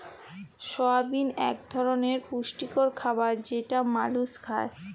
সয়াবিল এক ধরলের পুষ্টিকর খাবার যেটা মালুস খায়